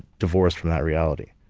divorced from that reality.